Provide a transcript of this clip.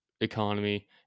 economy